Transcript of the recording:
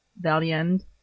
Valiant